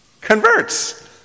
converts